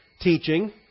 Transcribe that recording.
teaching